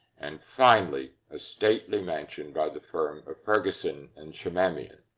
and finally, a stately mansion by the firm of ferguson and shamamian.